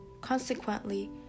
Consequently